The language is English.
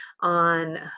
on